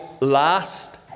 last